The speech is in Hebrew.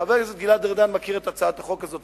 חבר הכנסת גלעד ארדן מכיר את הצעת החוק הזאת,